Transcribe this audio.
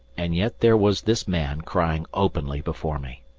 and yet there was this man crying openly before me.